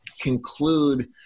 conclude